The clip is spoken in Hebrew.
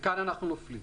וכאן אנחנו נופלים.